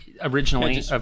originally